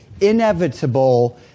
inevitable